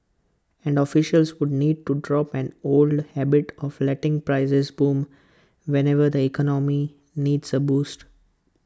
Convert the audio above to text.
and officials would need to drop an old habit of letting prices boom whenever the economy needs A boost